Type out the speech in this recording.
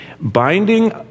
Binding